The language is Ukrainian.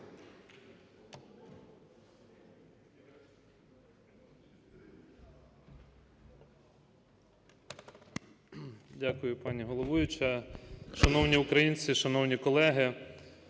Дякую, пані головуюча. Шановні українці, шановні колеги!